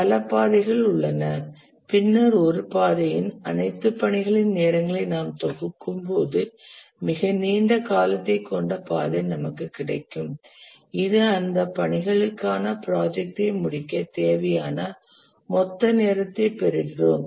பல பாதைகள் உள்ளன பின்னர் ஒரு பாதையின் அனைத்து பணிகளின் நேரங்களை நாம் தொகுக்கும்போது மிக நீண்ட காலத்தைக் கொண்ட பாதை நமக்கு கிடைக்கும் இது அந்த பணிகளுக்கான ப்ராஜெக்டை முடிக்க தேவையான மொத்த நேரத்தைப் பெறுகிறோம்